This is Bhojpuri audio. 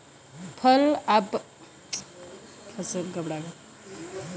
फसल आपन समय से पहिले ना काटल जा सकेला